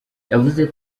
yavuze